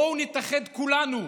בואו נתאחד כולנו,